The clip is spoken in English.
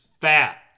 fat